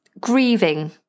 grieving